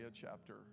chapter